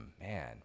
man